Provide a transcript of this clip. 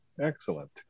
Excellent